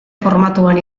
formatuan